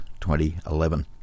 2011